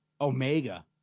Omega